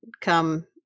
come